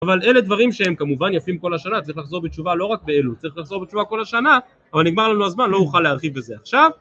אבל אלה דברים שהם כמובן יפים כל השנה, צריך לחזור בתשובה לא רק באלול, צריך לחזור בתשובה כל השנה, אבל נגמר לנו הזמן, לא אוכל להרחיב בזה עכשיו.